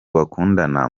bakundana